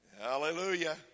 Hallelujah